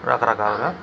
రకరకాలుగా